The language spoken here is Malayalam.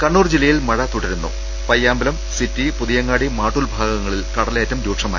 കണ്ണൂർ ജില്ലയിലും മഴ തുടരുകയാണ് പയ്യാമ്പലം സിറ്റി പുതി യങ്ങാടി മാട്ടൂൽ ഭാഗങ്ങളിൽ കടലേറ്റം രൂക്ഷമായി